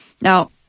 Now